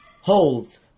holds